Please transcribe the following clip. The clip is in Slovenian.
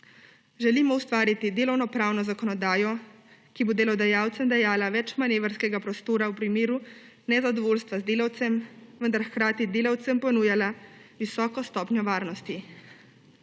Želimo ustvariti delovnopravno zakonodajo, ki bo delodajalcem dajala več manevrskega prostora v primeru nezadovoljstva z delavcem, vendar hkrati delavcem ponujala visoko stopnjo varnosti.